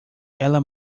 ela